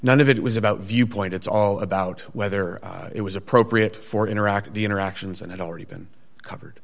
none of it was about viewpoint it's all about whether it was appropriate for interact the interactions and had already been covered